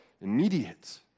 immediate